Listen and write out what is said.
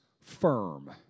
firm